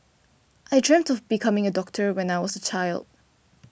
I dreamt of becoming a doctor when I was a child